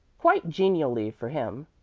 quite genially for him,